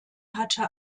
hatte